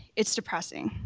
it's depressing.